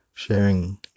Sharing